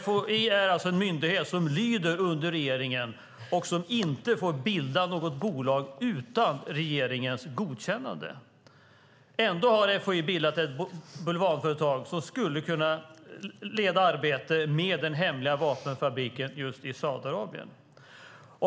FOI är alltså en myndighet som lyder under regeringen och som inte får bilda ett bolag utan regeringens godkännande, men ändå har FOI bildat ett bulvanföretag som skulle leda arbetet med den hemliga vapenfabriken i Saudiarabien.